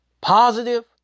positive